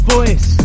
Voice